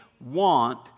want